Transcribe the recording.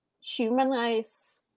humanize